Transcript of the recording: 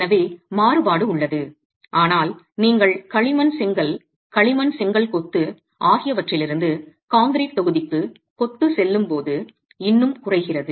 எனவே மாறுபாடு உள்ளது ஆனால் நீங்கள் களிமண் செங்கல் களிமண் செங்கல் கொத்து ஆகியவற்றிலிருந்து கான்கிரீட் தொகுதிக்கு கொத்து செல்லும் போது இன்னும் குறைகிறது